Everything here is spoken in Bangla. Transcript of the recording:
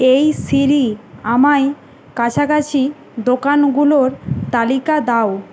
এই সিরি আমায় কাছাকাছি দোকানগুলোর তালিকা দাও